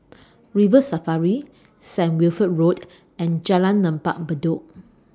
River Safari Saint Wilfred Road and Jalan Lembah Bedok